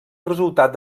resultat